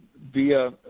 via